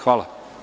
Hvala.